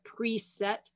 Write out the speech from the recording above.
preset